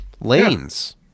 lanes